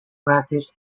practice